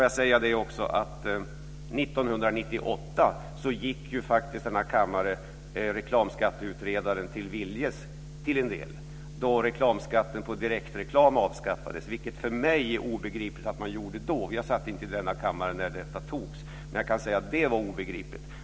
Jag vill också säga att 1998 gick faktiskt den här kammaren reklamskatteutredaren till mötes till en del då reklamskatten på direktreklam avskaffades. För mig är det obegripligt att man gjorde det. Jag satt inte i denna kammare när detta beslut fattades, men jag kan säga att det var obegripligt.